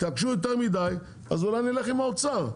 אם תתעקשו יותר מידי אז אולי נלך עם האוצר.